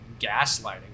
gaslighting